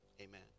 amen